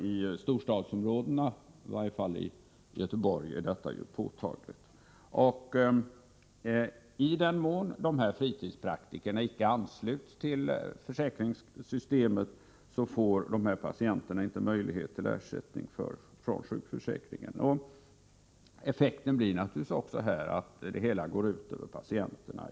I storstadsområdena — i varje fall i Göteborg — är detta påtagligt. I den mån dessa fritidspraktiker inte ansluts till försäkringssystemet får deras patienter inte möjlighet till ersättning från sjukförsäkringen. Effekten blir naturligtvis också här att det hela går ut över patienterna.